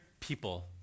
people